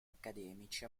accademici